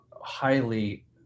highly